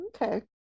Okay